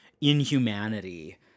inhumanity